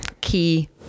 key